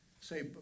Say